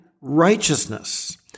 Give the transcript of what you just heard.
righteousness